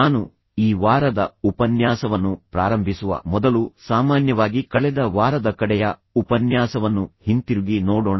ನಾನು ಈ ವಾರದ ಉಪನ್ಯಾಸವನ್ನು ಪ್ರಾರಂಭಿಸುವ ಮೊದಲು ಸಾಮಾನ್ಯವಾಗಿ ಕಳೆದ ವಾರದ ಕಡೆಯ ಉಪನ್ಯಾಸವನ್ನು ಹಿಂತಿರುಗಿ ನೋಡೋಣ